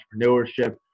entrepreneurship